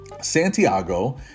Santiago